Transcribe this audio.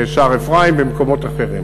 בשער-אפרים ובמקומות אחרים.